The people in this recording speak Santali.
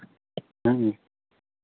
ᱦᱮᱸ